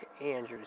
Andrews